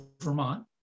Vermont